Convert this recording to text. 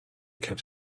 kept